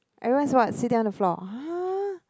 everyone is what sitting on the floor !huh!